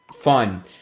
fun